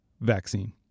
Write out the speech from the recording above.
vaccine